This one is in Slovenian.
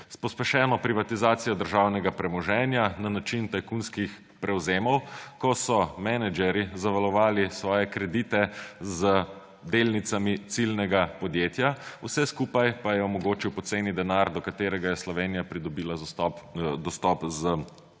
S pospešeno privatizacijo državnega premoženja na način tajkunskih prevzemov, ko so menedžerji zavarovali svoje kredite z delnicami ciljnega podjetja, vse skupaj pa je omogočil poceni denar, do katerega je Slovenija pridobila dostop z uvedbo